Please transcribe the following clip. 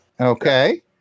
Okay